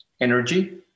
energy